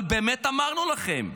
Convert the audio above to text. אבל באמת אמרנו לכם.